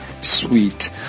sweet